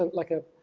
um like a,